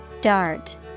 Dart